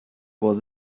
was